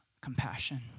compassion